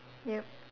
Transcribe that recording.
yup